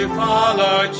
follow